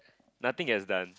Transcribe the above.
nothing gets done